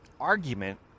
argument